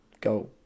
go